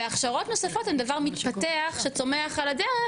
והכשרות נוספות הן דבר מתפתח שצומח על הדרך,